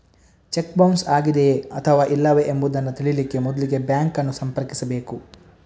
check bounce ಆಗಿದೆಯೇ ಅಥವಾ ಇಲ್ಲವೇ ಎಂಬುದನ್ನ ತಿಳೀಲಿಕ್ಕೆ ಮೊದ್ಲಿಗೆ ಬ್ಯಾಂಕ್ ಅನ್ನು ಸಂಪರ್ಕಿಸ್ಬೇಕು